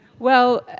well,